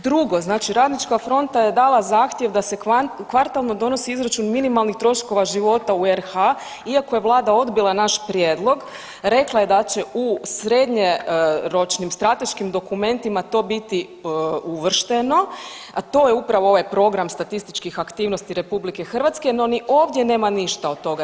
Drugo, znači RF je dala zahtjev da se kvartalno donosi izračun minimalnih troškova života u RH iako je Vlada obila naš prijedlog, rekla je da će u srednjoročnim strateškim dokumentima to biti uvršteno, a to je upravo ovaj program statističkih aktivnosti RH, no ni ovdje nema ništa od toga.